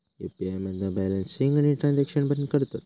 UPI मधना balance check आणि transaction पण करतत